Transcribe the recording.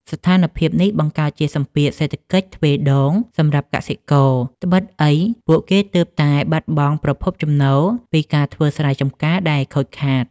ស្ថានភាពនេះបង្កើតជាសម្ពាធសេដ្ឋកិច្ចទ្វេដងសម្រាប់កសិករ ត្បិតអីពួកគេទើបតែបាត់បង់ប្រភពចំណូលពីការធ្វើស្រែចម្ការដែលខូចខាត។